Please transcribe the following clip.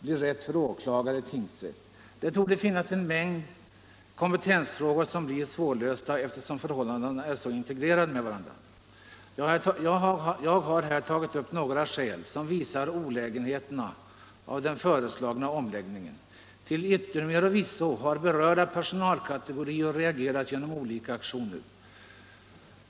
blir rätt för åklagare i tingsrätt? Det torde finnas en mängd kompetensfrågor som blir svårlösta, eftersom förhållandena inte är så integrerade med varandra. Jag har här tagit upp några skäl som visar olägenheterna med den föreslagna omläggningen. Till yttermera visso har berörda personalkategorier reagerat genom olika aktioner.